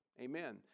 amen